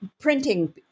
printing